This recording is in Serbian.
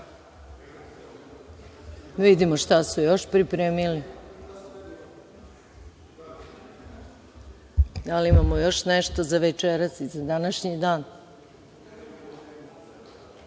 vidimo šta su još pripremili i da li imamo još nešto za večeras, za današnji